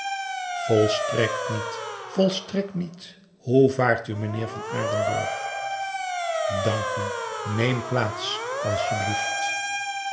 volstrekt niet volstrekt niet hoe vaart u meneer van aardenburg dank u neem plaats asjeblieft